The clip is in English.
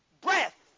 breath